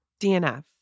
DNF